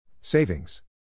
Savings